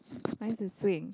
mine is swing